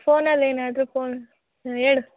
ಫೋನಲ್ಲಿ ಏನಾದರು ಫೋನ್ ಹಾಂ ಹೇಳು